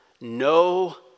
no